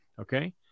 okay